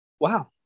Wow